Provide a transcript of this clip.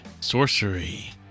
sorcery